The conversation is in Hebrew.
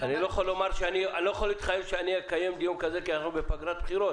אני לא יכול להתחייב שאני אקיים דיון כזה כי אנחנו בפגרת בחירות